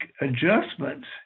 adjustments